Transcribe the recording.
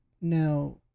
now